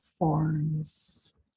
forms